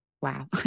Wow